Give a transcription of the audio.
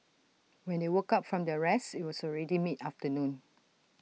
when they woke up from their rest IT was already mid afternoon